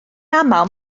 aml